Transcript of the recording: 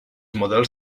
models